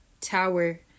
tower